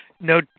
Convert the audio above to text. No